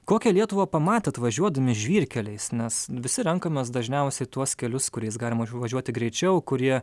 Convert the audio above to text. kokią lietuvą pamatėt važiuodami žvyrkeliais nes visi renkamės dažniausiai tuos kelius kuriais galima išvažiuoti greičiau kurie